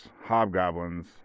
hobgoblins